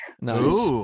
nice